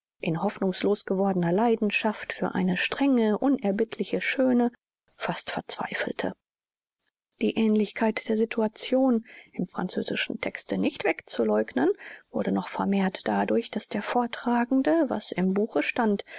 in hoffnungslos gewordener leidenschaft für eine strenge unerbittliche schöne fast verzweifelte die aehnlichkeit der situation im französischen texte nicht wegzuleugnen wurde noch vermehrt dadurch daß der vortragende was im buche stand